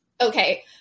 okay